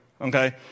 okay